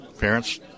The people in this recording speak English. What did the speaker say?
parents